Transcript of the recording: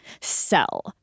sell